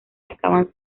acaban